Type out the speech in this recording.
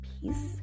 peace